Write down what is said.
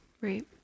right